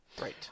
Right